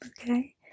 okay